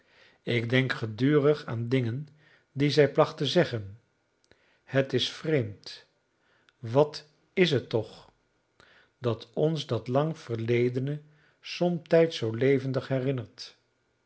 ik denk gedurig aan dingen die zij placht te zeggen het is vreemd wat is het toch dat ons dat lang verledene somtijds zoo levendig herinnert